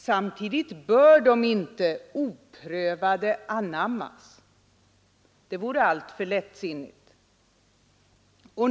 Samtidigt bör de inte anammas oprövade. Det vore alltför lättsinnigt.